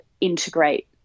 integrate